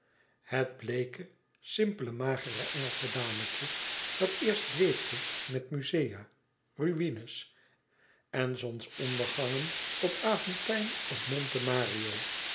het bleeke simpele magere engelsche dametje dat eerst dweepte met muzea ruïnes en zonsondergangen op aventijn of monte mario